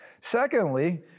Secondly